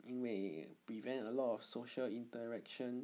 因为 prevent a lot of social interaction